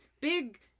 Big